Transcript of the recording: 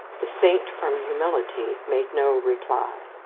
the saint from humility made no reply.